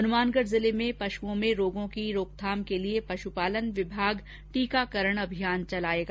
हनुमानगढ जिले में पशुओं में रोगों की रोकथाम के लिए पशुपालन विभाग टीकाकरण अभियान चलाएगा